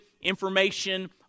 information